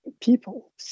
people